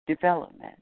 development